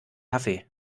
kaffee